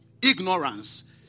ignorance